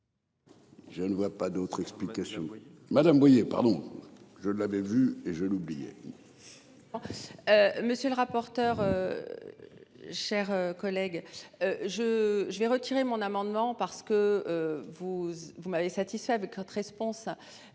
Je ne vois pas d'autres explications. Oui Madame Boyer pardon je l'avais vu et j'allais oublier. Monsieur le rapporteur. Chers collègues. Je je vais retirer mon amendement parce que. Vous vous m'avez satisfait avec Response.